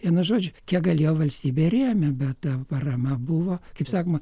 vienu žodžiu kiek galėjo valstybė rėmė bet ta parama buvo kaip sakoma